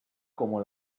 como